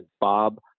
Bob